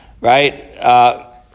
Right